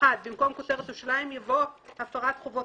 במקום כותרת השוליים יבוא "הפרת חובות